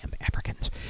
Africans—